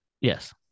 Yes